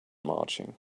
marching